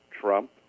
Trump